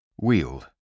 Wield